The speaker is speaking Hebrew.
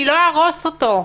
אני לא אהרוס אותו.